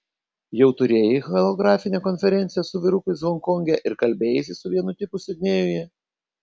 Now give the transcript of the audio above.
jau turėjai holografinę konferenciją su vyrukais honkonge ir kalbėjaisi su vienu tipu sidnėjuje